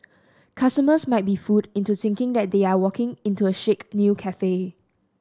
customers might be fooled into thinking that they are walking into a chic new cafe